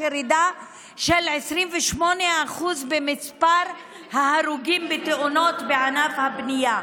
ירידה של 28% במספר ההרוגים בתאונות בענף הבנייה: